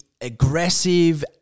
aggressive